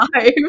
five